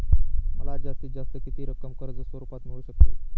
मला जास्तीत जास्त किती रक्कम कर्ज स्वरूपात मिळू शकते?